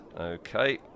okay